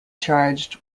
charged